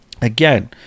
again